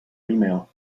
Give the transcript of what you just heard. email